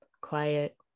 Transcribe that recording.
quiet